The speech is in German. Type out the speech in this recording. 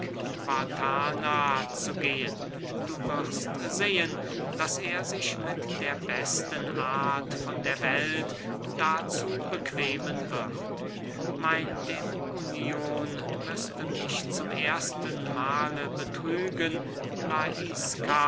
zu gehen du wirst sehen daß er sich mit der besten art von der welt dazu bequemen wird mein dämonion müßte mich zum ersten mahle betrügen